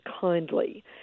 kindly